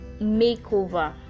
makeover